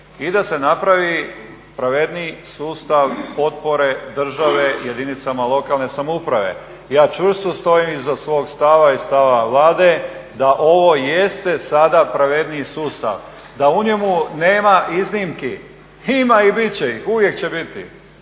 i da se napravi pravedniji sustav potpore, države, jedinicama lokalne samouprave. Ja čvrsto stojim iza svog stava i stava Vlade da ovo jeste sada pravedniji sustav, da u njemu nema iznimki. Ima i bit će ih, uvijek će biti.